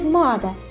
mother